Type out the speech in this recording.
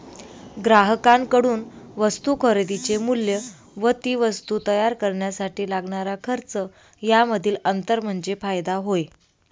ग्राहकांकडून वस्तू खरेदीचे मूल्य व ती वस्तू तयार करण्यासाठी लागणारा खर्च यामधील अंतर म्हणजे फायदा होय